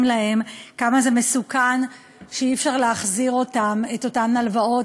כמה זה מסוכן כשאי-אפשר להחזיר את אותן הלוואות.